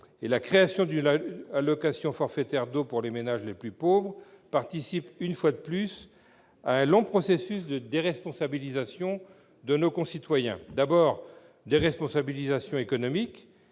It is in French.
et la création d'une allocation forfaitaire d'eau pour les ménages les plus pauvres participe, une fois de plus, à un long processus de déresponsabilisation de nos concitoyens. Cette déresponsabilisation est